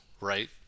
right